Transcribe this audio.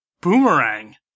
boomerang